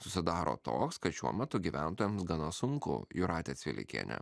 susidaro toks kad šiuo metu gyventojams gana sunku jūratė cvilikienė